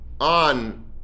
on